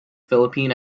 philippine